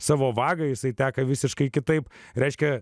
savo vagą jisai teka visiškai kitaip reiškia